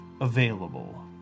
available